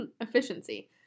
efficiency